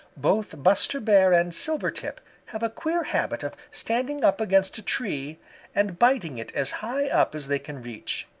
both buster bear and silvertip have a queer habit of standing up against a tree and biting it as high up as they can reach.